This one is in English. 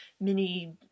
mini